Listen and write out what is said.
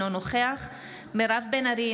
אינו נוכח מירב בן ארי,